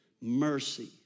mercy